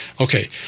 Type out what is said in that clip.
Okay